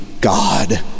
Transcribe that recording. God